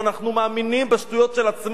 אנחנו מאמינים בשטויות של עצמנו.